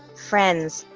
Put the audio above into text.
friends,